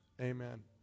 Amen